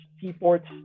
seaports